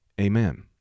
amen